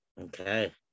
Okay